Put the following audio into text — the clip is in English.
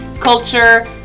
culture